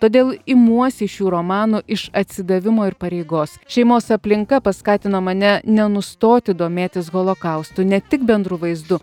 todėl imuosi šių romanų iš atsidavimo ir pareigos šeimos aplinka paskatino mane nenustoti domėtis holokaustu ne tik bendru vaizdu